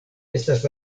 estas